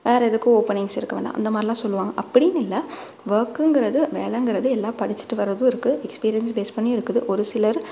வேறு எதுக்கும் ஓப்பனிங்ஸ் இருக்கு வேணா அந்த மாதிரி எல்லாம் சொல்லுவாங்க அப்படினு இல்லை ஒர்க்குங்குறது வேலைங்குறது எல்லா படிச்சிட்டு வர்றதும் இருக்கு எக்ஸ்பீரியன்ஸ் ஃபேஸ் பண்ணியும் இருக்குது ஒரு சிலர்